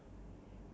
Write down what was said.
ya